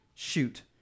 Shoot